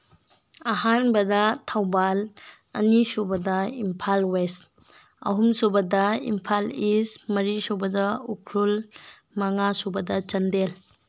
ꯑꯍꯥꯟꯕꯗ ꯊꯧꯕꯥꯜ ꯑꯅꯤꯁꯨꯕꯗ ꯏꯝꯐꯥꯜ ꯋꯦꯁ ꯑꯍꯨꯝꯁꯨꯕꯗ ꯏꯝꯐꯥꯜ ꯏꯁ ꯃꯔꯤꯁꯨꯕꯗ ꯎꯈ꯭ꯔꯨꯜ ꯃꯉꯥꯁꯨꯕꯗ ꯆꯥꯟꯗꯦꯜ